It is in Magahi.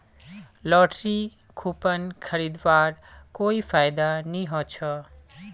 लॉटरी कूपन खरीदवार कोई फायदा नी ह छ